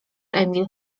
emil